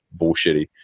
bullshitty